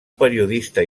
periodista